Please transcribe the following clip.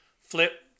Flip